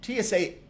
TSA